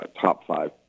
top-five